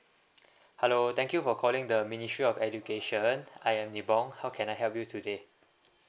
hello thank you for calling the ministry of education I am nibong how can I help you today